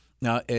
Now